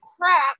crap